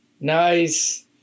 Nice